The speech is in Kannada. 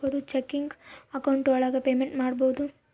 ಚೆಕಿಂಗ್ ಅಕೌಂಟ್ ಒಳಗ ಪೇಮೆಂಟ್ ಮಾಡ್ಬೋದು